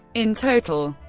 in total,